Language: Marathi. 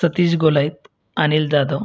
सतीश गोलाईत अनिल जादव